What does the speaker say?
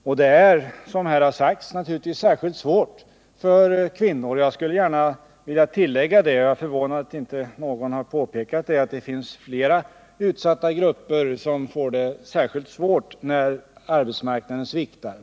Situationen är, som här har sagts, naturligtvis särskilt svår för kvinnor. Jag skulle gärna vilja tillägga — jag är förvånad över att ingen har påpekat det — att det finns flera utsatta grupper som får det särskilt svårt när arbetsmarknaden sviktar.